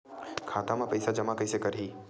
खाता म पईसा जमा कइसे करही?